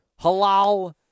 halal